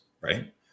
Right